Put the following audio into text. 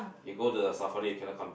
you go to the Safari you cannot come back